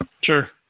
sure